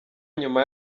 nyuma